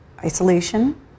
isolation